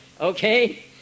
Okay